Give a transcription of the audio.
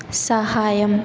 సహాయం